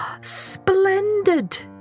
Splendid